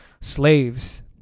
slaves